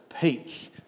peak